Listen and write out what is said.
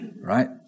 Right